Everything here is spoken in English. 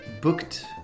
booked